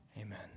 Amen